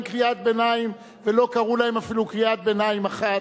קריאת ביניים ולא קראו להם אפילו קריאת ביניים אחת,